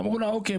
אמרו לה 'אוקיי,